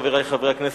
חברי חברי הכנסת,